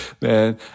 man